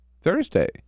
Thursday